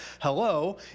hello